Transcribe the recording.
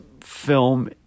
film